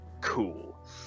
cool